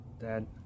Dad